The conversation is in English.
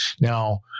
Now